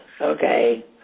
Okay